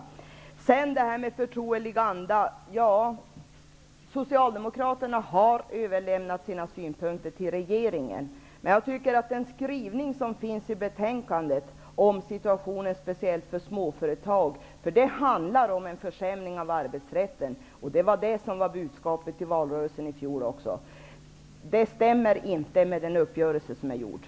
När det gäller detta med förtrolig anda har Socialdemokraterna överlämnat sina synpunkter till regeringen. Men den skrivning som finns i betänkandet om situationen speciellt för småföretag, handlar om en försämring av arbetsrätten. Det var också budskapet i valrörelsen i fjol. Det stämmer inte med den uppgörelse som är träffad.